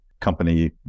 company